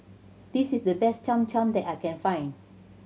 this is the best Cham Cham that I can find